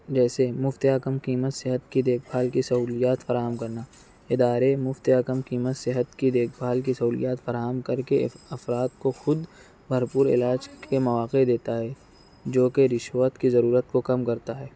جیسے مفت یا کم قیمت صحت کی دیکھ بھال کی سہولیات فراہم کرنا ادارے مفت یا کم قیمت صحت کی دیکھ بھال کی سہولیات فراہم کر کے افراد کو خود بھرپور علاج کے مواقع دیتا ہے جوکہ رشوت کی ضرورت کو کم کرتا ہے